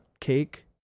cake